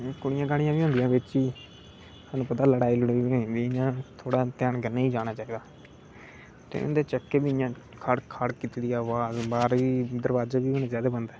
कुड़ियां कड़ियां बी होंदियां बिच थुहानू पता लडा़ई बगैरा बी होई जंदी थोह्ड़ा कन्नै ही जाना चाहिदा ते उंदे चक्के बी इयां खड़ खड़ कीती दी आबाज बाहर दरबाजे बी होने चाहिदे बंद